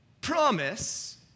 promise